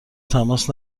تماس